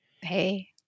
Hey